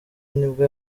nibwo